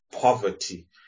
poverty